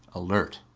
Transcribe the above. alert.